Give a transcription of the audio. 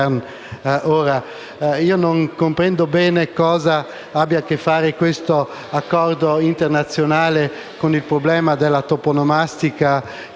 Non comprendo bene che cosa abbia a che fare questo Accordo internazionale con il problema della toponomastica